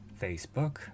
Facebook